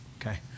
Okay